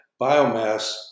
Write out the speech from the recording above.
biomass